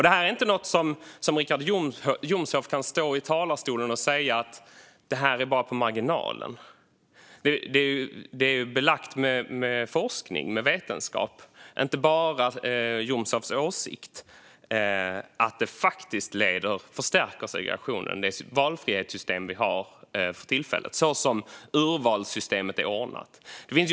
Detta är inget som Richard Jomshof kan stå i talarstolen och kalla "på marginalen". Till skillnad från Richard Jomshofs åsikt är det belagt i forskning och vetenskap att det valfrihetssystem vi för tillfället har, och det sätt som urvalssystemet är ordnat på, faktiskt förstärker segregationen.